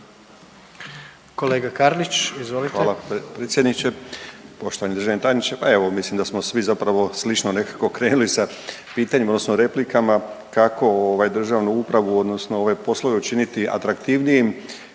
**Karlić, Mladen (HDZ)** Hvala predsjedniče. Poštovani državni tajniče, pa evo mislim da smo svi zapravo slično nekako krenuli sa pitanjima, odnosno replikama kako državnu upravu, odnosno ove poslove učiniti atraktivnijim,